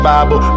Bible